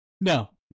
No